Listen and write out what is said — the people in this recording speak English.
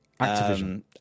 Activision